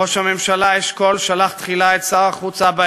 ראש הממשלה אשכול שלח תחילה את שר החוץ אבא